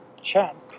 Champ